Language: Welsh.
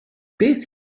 beth